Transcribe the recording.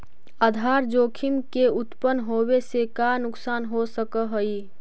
आधार जोखिम के उत्तपन होवे से का नुकसान हो सकऽ हई?